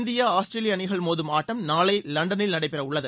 India Australia அணிகள் மோதும் ஆட்டம் நாளை லண்டனில் நடைபெறவுள்ளது